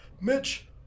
Mitch